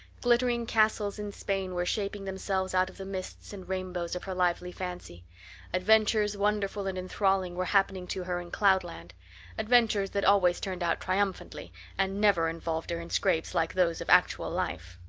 glittering castles in spain were shaping themselves out of the mists and rainbows of her lively fancy adventures wonderful and enthralling were happening to her in cloudland adventures that always turned out triumphantly and never involved her in scrapes like those of actual life.